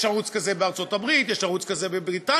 יש ערוץ כזה בארצות-הברית, יש ערוץ כזה בבריטניה.